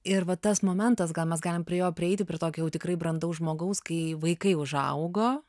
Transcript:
ir va tas momentas gal mes galim prie jo prieiti prie tokio jau tikrai brandaus žmogaus kai vaikai užaugo